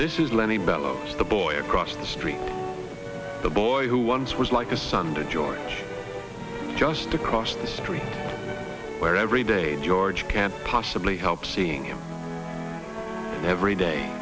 this is lenny bellows the boy across the street the boy who once was like asunder george just across the street where every day george can't possibly help seeing him every day